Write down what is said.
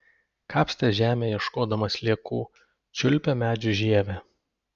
kapstė žemę ieškodama sliekų čiulpė medžių žievę